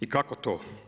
I kako to?